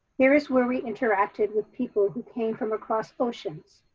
here's where we interacted with people who came from across oceans.